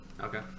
Okay